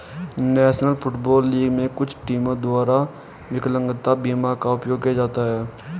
national football league में कुछ टीमों द्वारा विकलांगता बीमा का उपयोग किया जाता है